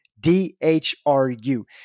D-H-R-U